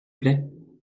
plaît